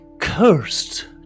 cursed